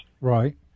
Right